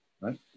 right